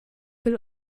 will